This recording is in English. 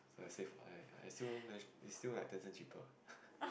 safe I I still managed its still like ten cents cheaper